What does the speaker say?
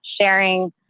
sharing